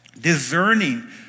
discerning